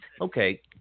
okay